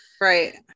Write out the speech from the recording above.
right